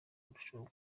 kurushaho